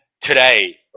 today